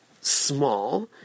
small